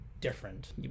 different